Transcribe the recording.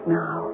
now